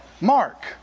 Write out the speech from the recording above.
Mark